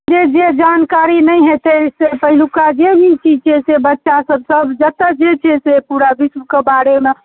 जे जे जानकारी नहि होयतै से पहिलुका जे भी चीज छै से बच्चा सब सब जतऽ जे छै से पूरा विश्वके बारेमे